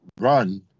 run